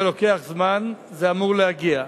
זה לוקח זמן, זה אמור להגיע.